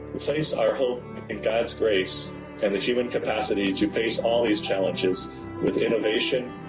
we place our hope in god s grace and the human capacity to face all these challenges with innovation,